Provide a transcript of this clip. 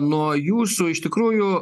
nuo jūsų iš tikrųjų